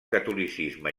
catolicisme